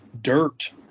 dirt